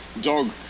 dog